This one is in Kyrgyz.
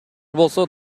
болсо